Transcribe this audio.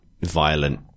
violent